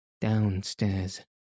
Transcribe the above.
Downstairs